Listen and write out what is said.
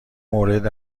مورد